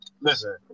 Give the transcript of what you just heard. Listen